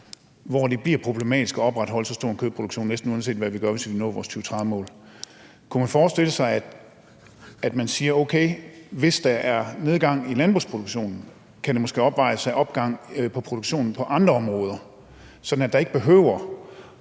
hvor det bliver problematisk at opretholde en så stor kødproduktion, næsten uanset hvad vi gør, hvis vi vil nå vores 2030-målet. Kunne man forestille sig, at man siger: Okay, hvis der er nedgang i landbrugsproduktionen, kan det måske opvejes af opgang i produktionen på andre områder, sådan at der ikke behøver